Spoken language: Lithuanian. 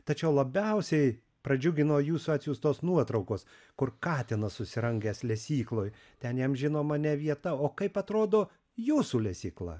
tačiau labiausiai pradžiugino jūsų atsiųstos nuotraukos kur katinas susirangęs lesykloj ten jam žinoma ne vieta o kaip atrodo jūsų lesykla